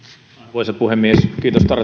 arvoisa puhemies kiitos